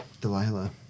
Delilah